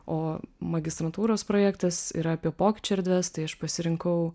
o magistrantūros projektas yra apie pokyčių erdves tai aš pasirinkau